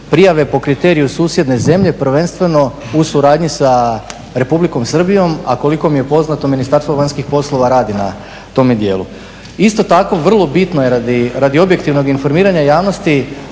prijave po kriteriju susjedne zemlje prvenstveno u suradnji sa Republikom Srbijom, a koliko mi je poznato Ministarstvo vanjskih poslova radi na tome dijelu. Isto tako vrlo bitno je radi objektivnog informiranja javnosti